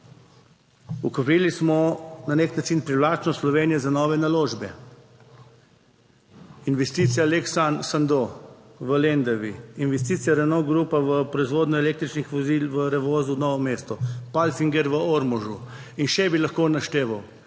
Ukrojili smo na nek način privlačnost Slovenije za nove naložbe. Investicija Lek Sandoz v Lendavi, investicija Renault Grupa v proizvodnjo električnih vozil v Revozu Novo mesto, Palfinger v Ormožu in še bi lahko našteval.